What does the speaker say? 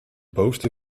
bovenste